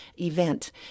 event